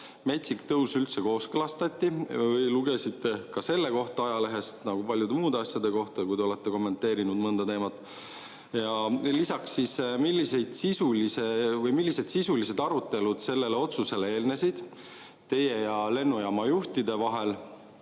metsik tõus üldse kooskõlastati või lugesite ka selle kohta ajalehest nagu paljude muude asjade kohta, kui te olete kommenteerinud mõnda teemat? Ja lisaks: millised sisulised arutelud sellele otsusele eelnesid teie ja lennujaamajuhtide vahel?